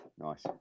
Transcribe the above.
Nice